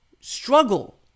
struggle